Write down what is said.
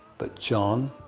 but jon,